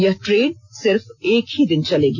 यह ट्रेन सिर्फ एक ही दिन चलेगी